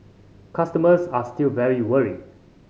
customers are still very worried